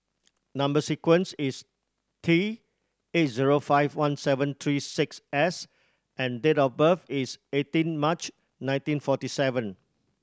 number sequence is T eight zero five one seven three six S and date of birth is eighteen March nineteen forty seven